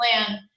plan